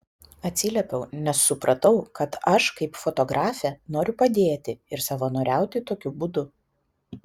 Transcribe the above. atsiliepiau nes supratau kad aš kaip fotografė noriu padėti ir savanoriauti tokiu būdu